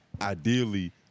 ideally